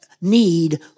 need